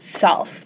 self